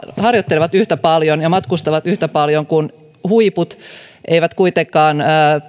harjoittelevat yhtä paljon ja matkustavat yhtä paljon kuin huiput mutta eivät kuitenkaan